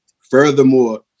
Furthermore